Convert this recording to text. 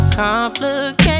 complicated